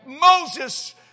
Moses